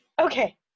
Okay